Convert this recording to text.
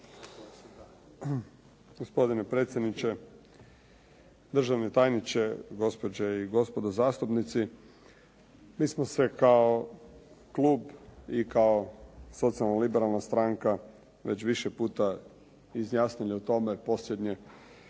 Gospodine predsjedniče, državni tajniče. Gospođe i gospodo zastupnici. Mi smo se i kao klub i kao socijalno liberalna stranka već više puta izjasnili o tome, posljednje